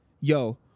yo